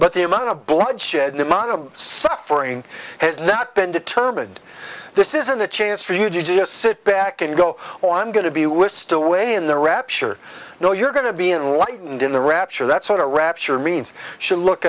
but the amount of bloodshed the amount of suffering has not been determined this isn't a chance for you to just sit back and go or i'm going to be we're still way in the rapture you know you're going to be enlightened in the rapture that sort of rapture means should look